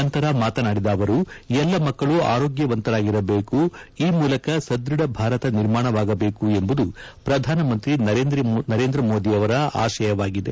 ನಂತರ ಮಾತನಾಡಿದ ಅವರು ಎಲ್ಲ ಮಕ್ಕಳು ಆರೋಗ್ಯವಂತರಾಗಿರಬೇಕು ಈ ಮೂಲಕ ಸದೃಧ ಭಾರತ ನಿರ್ಮಾಣವಾಗಬೇಕು ಎಂಬುದು ಪ್ರಧಾನಮಂತ್ರಿ ನರೇಂದ್ರ ಮೋದಿ ಅವರ ಆಶಯವಾಗಿದೆ